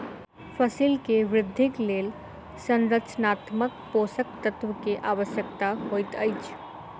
फसिल के वृद्धिक लेल संरचनात्मक पोषक तत्व के आवश्यकता होइत अछि